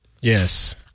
Yes